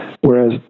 Whereas